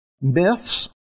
Myths